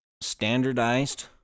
standardized